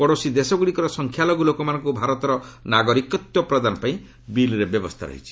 ପଡ଼ୋଶୀ ଦେଶଗୁଡ଼ିକର ସଂଖ୍ୟାଲଘୁ ଲୋକମାନଙ୍କୁ ଭାରତର ନାଗରିକତ୍ୱ ପ୍ରଦାନ ପାଇଁ ବିଲ୍ରେ ବ୍ୟବସ୍ଥା ରହିଛି